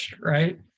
right